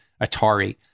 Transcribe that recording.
Atari